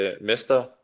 Mester